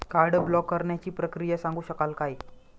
Card block करण्याची प्रक्रिया सांगू शकाल काय?